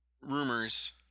rumors